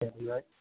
right